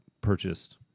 purchased